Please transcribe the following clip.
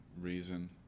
reason